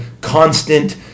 constant